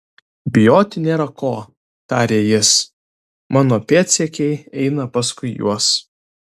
bijoti nėra ko tarė jis mano pėdsekiai eina paskui juos